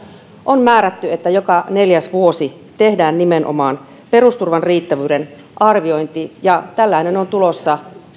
on määrätty että joka neljäs vuosi tehdään nimenomaan perusturvan riittävyyden arviointi ja tällainen on tulossa